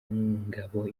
ngabo